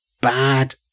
bad